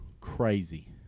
crazy